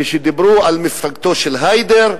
כשדיברו על מפלגתו של היידר,